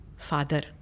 Father